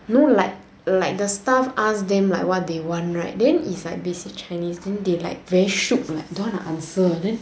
no like like the staff ask them like what they want right then is like they say chinese then they like very shocked like don't want to answer then